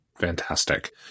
Fantastic